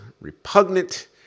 repugnant